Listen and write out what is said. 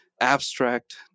abstract